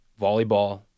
Volleyball